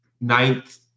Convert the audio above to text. ninth